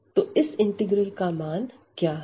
तो इस इंटीग्रल का मान क्या है